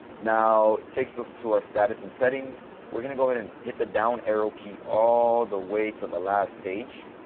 now it takes us to our status and settings. we're going to go ahead and hit the down arrow key all the way to the last page.